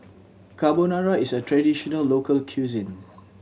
Carbonara is a traditional local cuisine